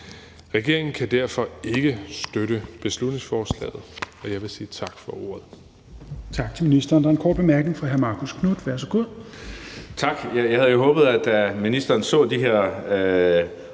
Regeringen kan derfor ikke støtte beslutningsforslaget, og jeg vil sige tak for ordet.